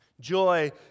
Joy